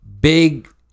big